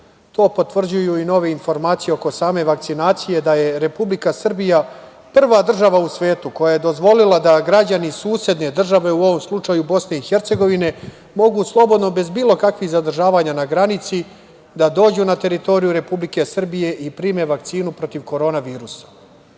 To potvrđuju i nove informacije oko same vakcinacije, da je Republika Srbija koja je prva država u svetu koja je dozvolila da građani susedne države, u ovom slučaju građani BiH, mogu slobodno bez bilo kakvih zadržava na granici da dođu na teritoriju Republike Srbije i prime vakcinu protiv korona virusa. Što